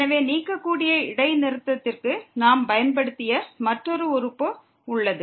எனவே நீக்கக்கூடிய இடைநிறுத்தத்திற்கு நாம் பயன்படுத்திய மற்றொரு உறுப்பு உள்ளது